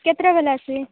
କେତେଟା ବେଲେ ଆସିବେ